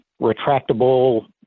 retractable